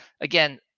again